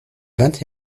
vingt